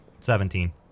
Seventeen